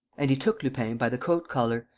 and he took lupin by the coat-collar,